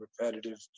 repetitive